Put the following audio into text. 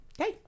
Okay